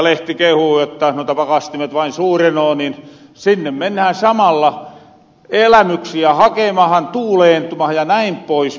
lehti kehuu jotta pakastimet vain suurenoo niin sinne mennähän samalla elämyksiä hakemahan tuuleentumahan jnp